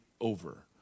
over